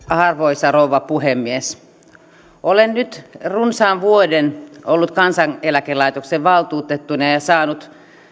arvoisa rouva puhemies olen nyt runsaan vuoden ollut kansaneläkelaitoksen valtuutettuna ja ja saanut